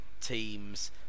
teams